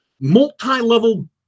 multi-level